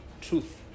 truth